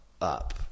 up